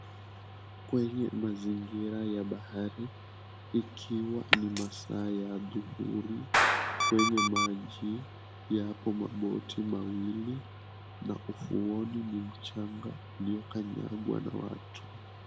Kwenye mazingira ya bahari ikiwa ni masaa ya adhuhuri kwenye maji yapo maboti mawili na ufuoni ni mchanga uliokanyagwa na watu.